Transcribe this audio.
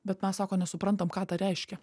bet mes sako nesuprantam ką tai reiškia